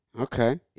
Okay